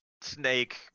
snake